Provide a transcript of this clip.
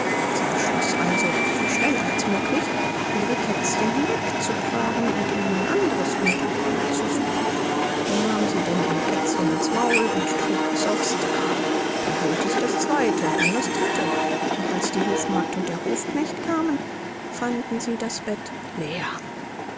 sie beschloß also so schnell als möglich ihre kätzchen hinweg zu tragen und ihnen ein anderes unterkommen zu suchen so nahm sie denn ein kätzchen in's maul und trug es auf's dach dann holte sie das zweite dann das dritte und als die hofmagd und der hofknecht kamen fanden sie das bett leer